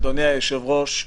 אדוני היושב-ראש,